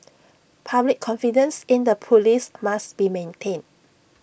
public confidence in the Police must be maintained